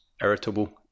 irritable